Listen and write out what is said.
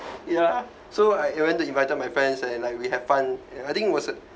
ya so I went to invited my friends and like we have fun and I think was a